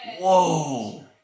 Whoa